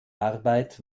arbeit